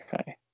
Okay